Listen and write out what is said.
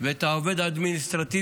ואת העובד האדמיניסטרטיבי,